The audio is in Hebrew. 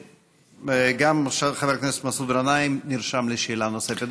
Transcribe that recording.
וגם חבר הכנסת מסעוד גנאים נרשם לשאלה נוספת.